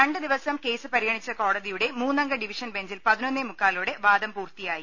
രണ്ടുദിവസം കേസ് പരിഗണിച്ച കോട തിയുടെ മൂന്നംഗ ഡിവിഷൻ ബെഞ്ചിൽ പതിനൊന്നേ മുക്കാലോടെ വാദം പൂർത്തിയായി